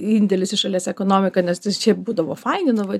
indėlis į šalies ekonomiką nes tas šiaip būdavo fainiai labai